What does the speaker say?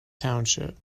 township